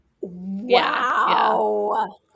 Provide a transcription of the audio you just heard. Wow